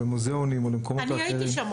למוזאונים או למקומות אחרים --- אני הייתי שם,